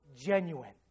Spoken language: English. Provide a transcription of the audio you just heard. genuine